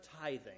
tithing